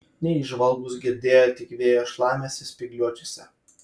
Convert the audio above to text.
neįžvalgūs girdėjo tik vėjo šlamesį spygliuočiuose